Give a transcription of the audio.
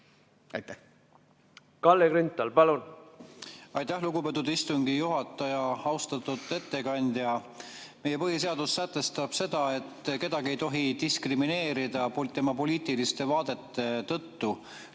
nii. Kalle Grünthal, palun! Aitäh, lugupeetud istungi juhataja! Austatud ettekandja! Meie põhiseadus sätestab, et kedagi ei tohi diskrimineerida tema poliitiliste vaadete tõttu.